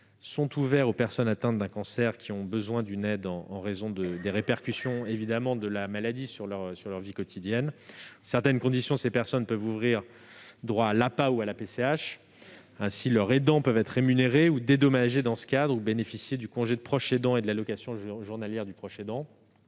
sont ouverts aux personnes atteintes d'un cancer qui ont besoin d'une aide en raison des répercussions de la maladie sur leur vie quotidienne. Sous certaines conditions, ces personnes peuvent avoir droit à l'APA ou à la PCH. Leur aidant peut être rémunéré ou dédommagé dans ce cadre, ou bénéficier du congé de proche aidant et de l'allocation journalière du proche aidant,